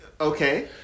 Okay